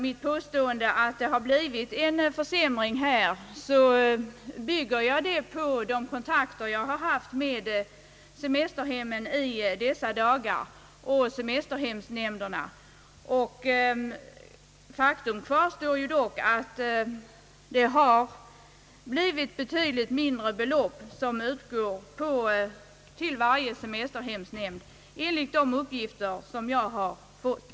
Mitt påstående att det har inträtt en försämring bygger jag på de kontakter jag nyligen haft med semesterhem och semesterhemsnämnder. Faktum kvarstår att betydligt mindre belopp utgår till varje semesterhemsnämnd enligt de uppgifter jag har fått.